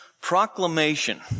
Proclamation